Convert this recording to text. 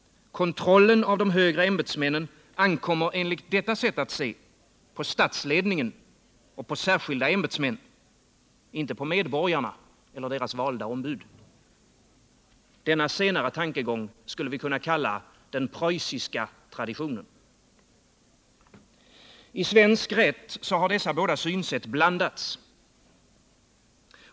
Kontrollen av de högre ämbetsmännen ankommer enligt detta sätt att se på statsledningen och på särskilda ämbetsmän — inte på medborgarna eller deras valda ombud. Denna senare tankegång skulle vi kunna kalla den preussiska traditionen. I svensk rätt har dessa båda synsätt blandats.